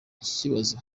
kibazo